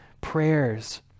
prayers